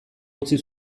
utzi